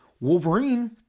Wolverine